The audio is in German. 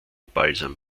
balsam